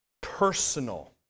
personal